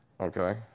Okay